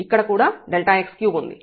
ఇక్కడ కూడా Δx3 ఉంది